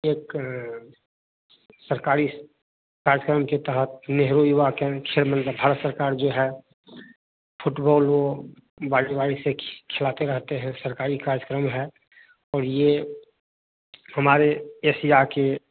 एक सरकारी इस कार्यक्रम के तरफ नेहरू युवा केंद्र खेल भारत सरकार जो है फुटबल हो से खिलाते रहते हैं सारकारी कार्यक्रम है और ये हमारे एशिया के